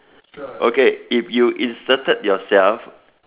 okay if you inserted yourself